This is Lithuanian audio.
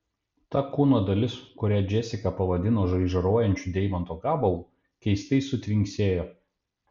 ta kūno dalis kurią džesika pavadino žaižaruojančiu deimanto gabalu keistai sutvinksėjo